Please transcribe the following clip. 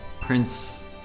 Prince